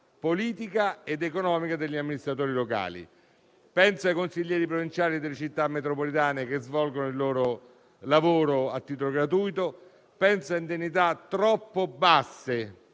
politica ed economica degli amministratori locali. Penso ai consiglieri provinciali delle Città metropolitane, che svolgono il loro lavoro a titolo gratuito, penso alle indennità troppo basse